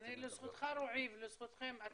לזכותך, רועי, ולזכותכם,